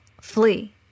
flee